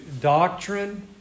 doctrine